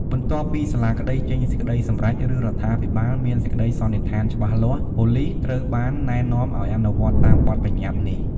បន្ទាប់ពីសាលាក្តីចេញសេចក្ដីសម្រេច ឬរដ្ឋាភិបាលមានសេចក្ដីសន្និដ្ឋានច្បាស់លាស់ ប៉ូលីសត្រូវបានណែនាំឲ្យអនុវត្តតាមបទបញ្ញត្តិនេះ។